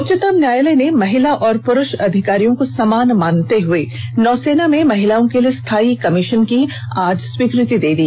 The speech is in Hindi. उच्चतम न्यायालय ने महिला और पुरूष अधिकारियों को समान मानते हुए नौसेना में महिलाओं के लिए स्थायी कमीशन की आज स्वीकृति प्रदान कर दी